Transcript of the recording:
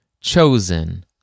chosen